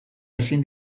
ezin